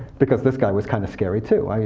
because this guy was kind of scary, too. i mean